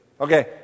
Okay